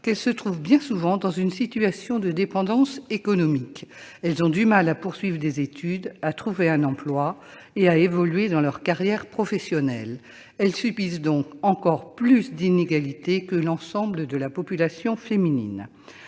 qu'elles se trouvent bien souvent dans une situation de dépendance économique : elles ont du mal à poursuivre des études, à trouver un emploi et à évoluer dans leur carrière professionnelle. Elles subissent donc encore plus d'inégalités que l'ensemble de la population féminine.